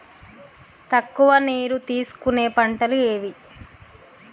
తక్కువ నీరు తీసుకునే పంటలు ఏవి?